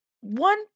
one